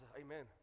amen